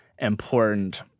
important